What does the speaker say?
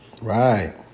Right